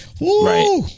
right